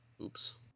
Oops